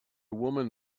woman